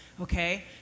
okay